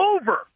over